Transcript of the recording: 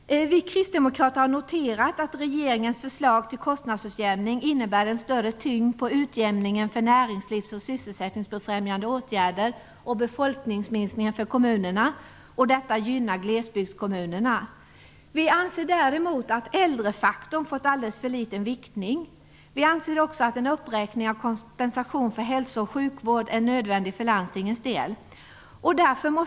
Vi kristdemokrater har noterat att regeringens förslag till kostnadsutjämning innebär en större tyngd på utjämningen för näringslivs och sysselsättningsbefrämjande åtgärder och befolkningsminskningen för kommunerna. Detta gynnar glesbygdskommunerna. Vi anser däremot att äldrefaktorn fått alldeles för liten viktning. Vi anser också att en uppräkning av kompensationen för hälso och sjukvård är nödvändig för landstingens del.